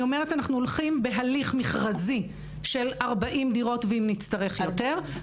הולכים בהליך מכרזי של 40 דירות ואם נצטרך אז יותר,